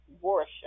worship